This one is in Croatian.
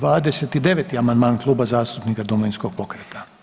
29. amandman Kluba zastupnika Domovinskog pokreta.